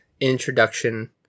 introduction